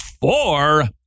four